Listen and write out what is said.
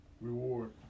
reward